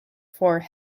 for